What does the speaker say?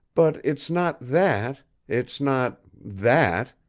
but it's not that it's not that!